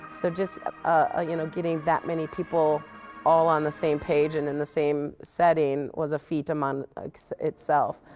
so, just ah you know getting that many people all on the same page and in the same setting was a fete among like so itself.